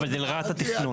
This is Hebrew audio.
אבל זה לרעת התכנון.